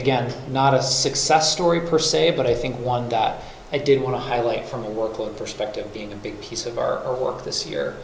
again not a success story per se but i think one that i did want to highlight from the workload perspective being a big piece of our work this year